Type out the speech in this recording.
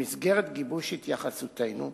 במסגרת גיבוש התייחסותנו,